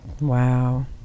Wow